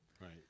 Right